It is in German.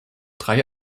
drei